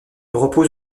repose